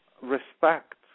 respect